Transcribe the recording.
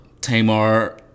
Tamar